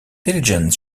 diligent